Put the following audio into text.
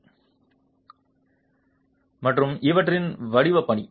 மாணவர் மற்றும் இவற்றின் வடிவப் பணி